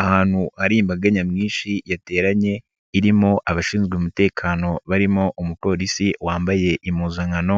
Ahantu hari imbaga nyamwinshi yateranye, irimo abashinzwe umutekano barimo umupolisi wambaye impuzankano